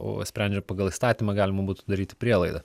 o sprendžiant pagal įstatymą galima būtų daryti prielaidą